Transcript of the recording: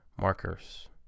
markers